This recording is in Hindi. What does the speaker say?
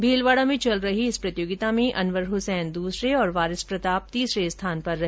भीलवाड़ा में चल रही इस प्रतियोगिता में अनवर हुसैन दूसरे और वारिस प्रताप तीसरे स्थान पर रहे